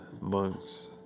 monks